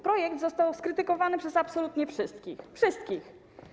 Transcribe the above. Projekt został skrytykowany przez absolutnie wszystkich - wszystkich.